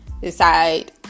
decide